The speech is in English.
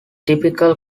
typical